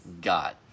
got